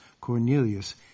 Cornelius